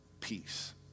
peace